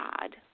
God